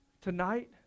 tonight